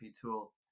tool